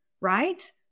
right